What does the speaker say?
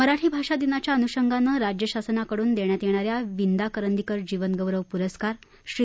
मराठी भाषा दिनाच्या अनुषगानं राज्य शासनाकडून देण्यात येणाऱ्या विंदा करंदीकर जीवन गौरव पुरस्कार श्री